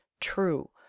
TRUE